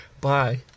Bye